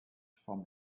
from